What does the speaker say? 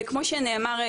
וכמו שנאמר,